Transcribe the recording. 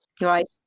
Right